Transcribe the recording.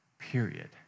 Period